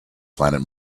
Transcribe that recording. planet